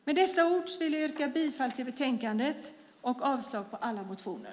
Med dessa ord vill jag yrka bifall till förslaget i betänkandet och avslag på alla motioner.